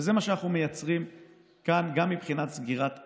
וזה מה שאנחנו מייצרים כאן גם מבחינת סגירת המשק,